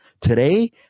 Today